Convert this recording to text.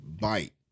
bite